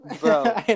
bro